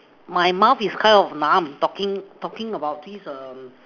my mouth is kind of numb talking taking about this um